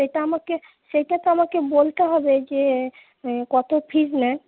সেটা আমাকে সেটা তো আমাকে বলতে হবে যে কত ফিজ নেন